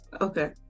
Okay